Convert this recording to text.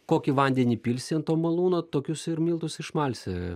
kokį vandenį pilsi ant to malūno tokius ir miltus išmalsi